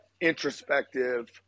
introspective